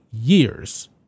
years